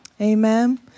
Amen